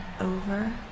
over